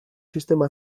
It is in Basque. sistema